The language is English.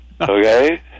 Okay